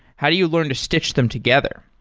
how do you learn to stich them together?